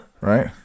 right